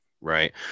right